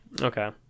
Okay